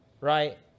right